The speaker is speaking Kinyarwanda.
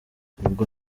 ubwo